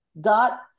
dot